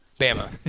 Bama